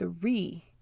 three